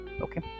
okay